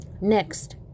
next